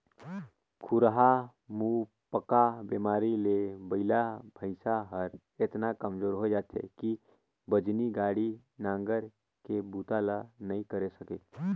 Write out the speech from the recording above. खुरहा मुहंपका बेमारी ले बइला भइसा हर एतना कमजोर होय जाथे कि बजनी गाड़ी, नांगर के बूता ल नइ करे सके